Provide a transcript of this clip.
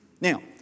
Now